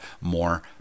more